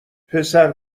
پسر